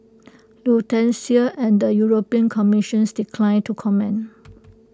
Lufthansa and the european commissions declined to comment